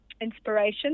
inspiration